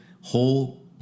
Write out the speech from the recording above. whole